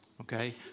Okay